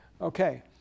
Okay